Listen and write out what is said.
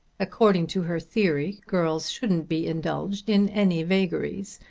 according to her theory girls shouldn't be indulged in any vagaries,